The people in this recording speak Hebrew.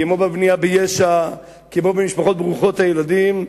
כמו בבנייה ביש"ע, כמו במשפחות ברוכות הילדים,